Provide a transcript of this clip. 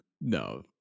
No